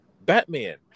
Batman